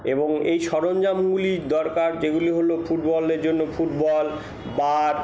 এবং এই সরঞ্জামগুলির দরকার যেগুলি হল ফুটবলের জন্য ফুটবল বার